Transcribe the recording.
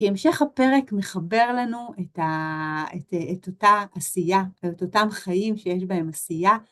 כי המשך הפרק מחבר לנו את אותה עשייה ואת אותם חיים שיש בהם עשייה.